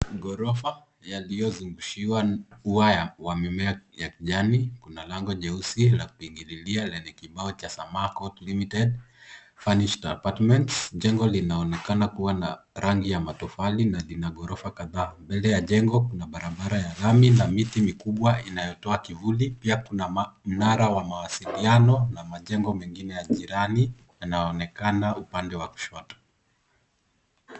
Maghorofa yaliyozungushiwa ua wa mimea ya kijani na lango jeusi la kuingilia lenye kibao cha 'samako limited furnished apartments '.Jengo linaonekana kuwa na rangi ya matofali na lina maghorofa kadhaa. Mbele ya jengo kuna barabara ya lami na miti mikubwa inayotoa kivuli. Pia kuna mnara wa mawasiliano na majengo mengine ya jirani yanaonekana upande wa kushoto.